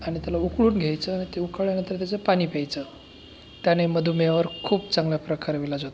आणि त्याला उकळून घ्यायचं ते उकळल्यानंतर त्याचं पाणी प्यायचं त्याने मधुमेहावर खूप चांगला प्रकारे इलाज होतो